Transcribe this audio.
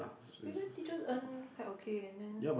pivot teachers earn quite okay and then